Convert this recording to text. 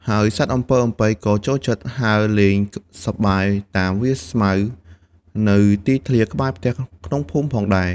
ហើយសត្វអំពិលអំពែកក៏ចូលចិត្តហើរលេងសប្បាយតាមវាលស្មៅ នៅទីធ្លាក្បែរផ្ទះក្នុងភូមិផងដែរ។